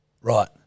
Right